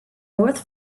north